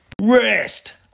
Rest